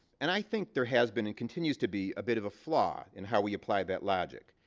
and i think there has been and continues to be a bit of a flaw in how we apply that logic.